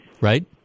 Right